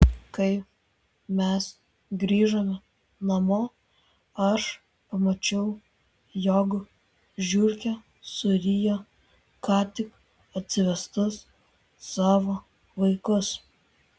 kai mes grįžome namo aš pamačiau jog žiurkė surijo ką tik atsivestus savo vaikus